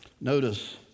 notice